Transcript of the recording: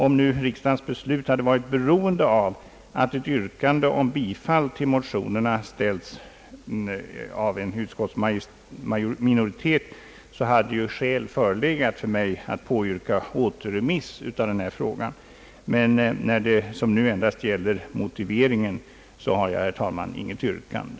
Om riksdagens beslut varit beroende av att ett yrkande om bifall till motionerna ställts av en utskottsminoritet, hade skäl förelegat för mig att påyrka återremiss, men när det som nu endast gäller motiveringen, har jag, herr talman, inget yrkande.